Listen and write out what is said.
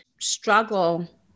struggle